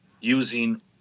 using